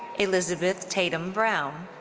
elizabeth tatum brown.